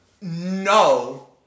No